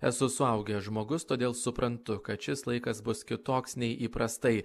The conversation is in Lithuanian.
esu suaugęs žmogus todėl suprantu kad šis laikas bus kitoks nei įprastai